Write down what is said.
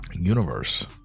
universe